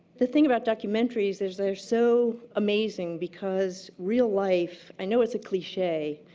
the thing about documentaries is they're so amazing because real life. i know it's a cliche,